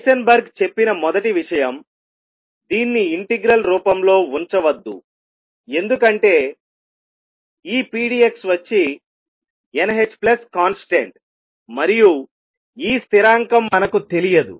Heisenberg చెప్పిన మొదటి విషయం దీన్నిఇంటిగ్రల్ రూపంలో ఉంచవద్దు ఎందుకంటే ఈ pdxవచ్చి nhconstant మరియు ఈ స్థిరాంకం మనకు తెలియదు